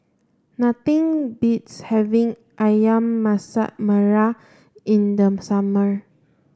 nothing beats having Ayam Masak Merah in the summer